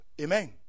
Amen